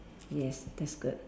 yes that's good